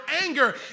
anger